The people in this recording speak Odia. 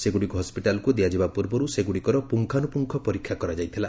ସେଗୁଡ଼ିକୁ ହସ୍କିଟାଲକୁ ଦିଆଯିବା ପୂର୍ବରୁ ସେଗୁଡ଼ିକର ପୁଙ୍ଗାନୁପୁଙ୍ଗ ପରୀକ୍ଷା କରାଯାଇଥିଲା